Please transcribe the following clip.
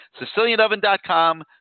SicilianOven.com